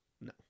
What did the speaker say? no